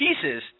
pieces